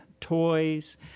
toys